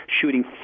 shooting